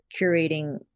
curating